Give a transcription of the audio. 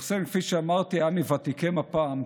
חסיין, כפי שאמרתי, היה מוותיקי מפ"ם.